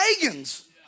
pagans